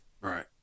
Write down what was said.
Right